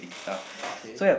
okay